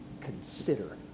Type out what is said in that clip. Consider